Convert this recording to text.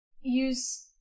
use